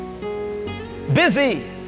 busy